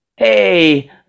Hey